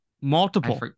Multiple